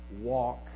walk